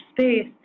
space